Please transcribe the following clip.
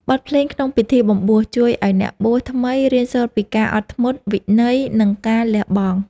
បទភ្លេងក្នុងពិធីបំបួស ជួយឱ្យអ្នកបួសថ្មីរៀនសូត្រពីការអត់ធ្មត់ វិន័យ និងការលះបង់។